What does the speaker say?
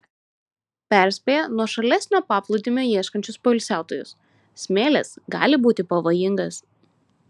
perspėja nuošalesnio paplūdimio ieškančius poilsiautojus smėlis gali būti pavojingas